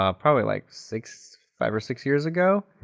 um probably like six, five or six years ago,